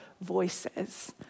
voices